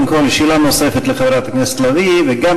שאלה נוספת לחברת הכנסת לביא,